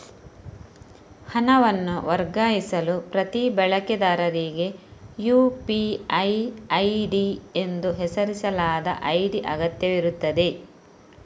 ಹಣವನ್ನು ವರ್ಗಾಯಿಸಲು ಪ್ರತಿ ಬಳಕೆದಾರರಿಗೆ ಯು.ಪಿ.ಐ ಐಡಿ ಎಂದು ಹೆಸರಿಸಲಾದ ಐಡಿ ಅಗತ್ಯವಿರುತ್ತದೆ